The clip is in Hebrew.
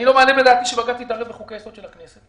אני לא מעלה בדעתי שבג"ץ יתערב בחוקי היסוד של הכנסת,